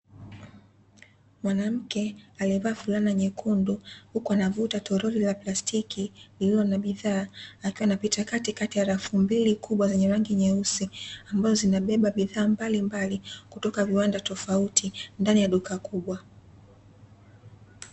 Mwanamke aliyevaa fulana nyekundu, huku anavuta toroli la plasitki lililo na bidhaa, akiwa anapita katikati ya rafu mbili kubwa zenye rangi nyeusi, ambazo zinabeba bidhaa mbalimbali kutoka viwanda tofauti ndani ya duka kubwa.